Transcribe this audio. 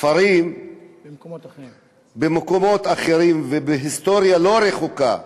ספרים במקומות אחרים בהיסטוריה הלא-רחוקה.